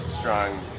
strong